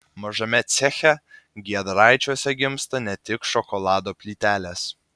mažame ceche giedraičiuose gimsta ne tik šokolado plytelės